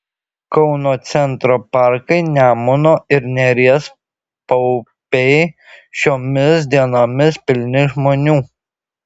kauno centro parkai nemuno ir neries paupiai šiomis dienomis pilni žmonių